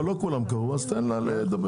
אבל לא כולם קראו, אז תן לה לדבר.